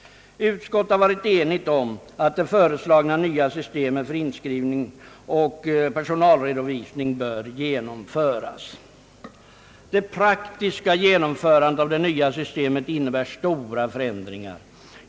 Utskottet har varit enigt om att det föreslagna nya systemet för inskrivning och personalredovisning bör genomföras. Det praktiska genomförandet av det nya systemet innebär stora förändringar.